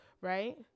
right